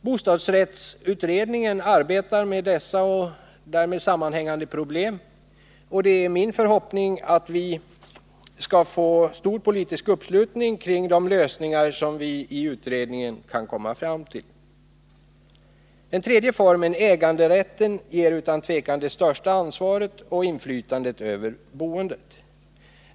Bostadsrättsutredningen arbetar med dessa och därmed sammanhängande problem, och det är min förhoppning att vi skall få stor politisk uppslutning kring de lösningar som vi i utredningen kan komma fram till. Den tredje formen, äganderätten, ger utan tvivel det största ansvaret för och inflytandet över boendet.